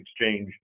exchange